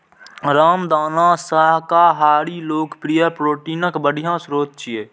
रामदाना शाकाहारी लोक लेल प्रोटीनक बढ़िया स्रोत छियै